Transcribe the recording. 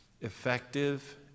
effective